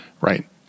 right